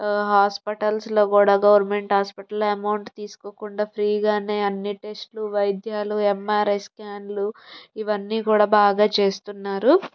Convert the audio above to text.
హాస్పిటల్స్లో కూడా గవర్నమెంట్ హాస్పిటల్లో అమౌంట్ తీసుకోకుండా ఫ్రీగానే అన్నీటెస్ట్లు వైద్యాలు ఏంఆర్ఐ స్కాన్లు ఇవన్నీ కూడా బాగా చేస్తున్నారు